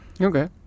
Okay